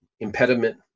impediment